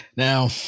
Now